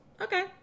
okay